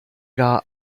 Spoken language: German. gar